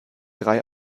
drei